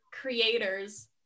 creators